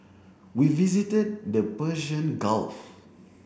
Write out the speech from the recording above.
we visited the Persian Gulf